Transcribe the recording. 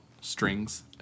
strings